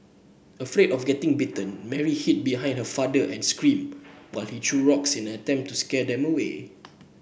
afraid of getting bitten Mary hid behind her father and screamed while he threw rocks in an attempt to scare them away